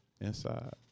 inside